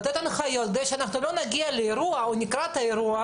לתת הנחיות כדי שאנחנו לא נגיע לקראת האירוע